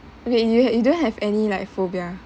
okay you you don't have any like phobia